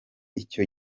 icyo